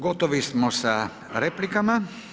Gotovi smo sa replikama.